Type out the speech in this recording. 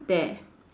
there